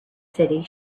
city